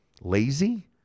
Lazy